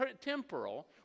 temporal